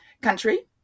Country